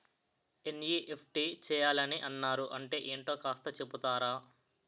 NEFT చేయాలని అన్నారు అంటే ఏంటో కాస్త చెపుతారా?